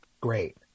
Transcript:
great